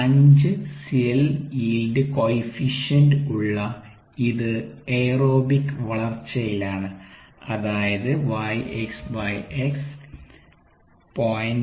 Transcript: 5 cell yield coefficient ഉള്ള ഇത് aerobic വളർച്ചയിലാണ് അതായത് Y xS 0